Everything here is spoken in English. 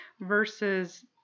versus